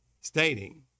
stating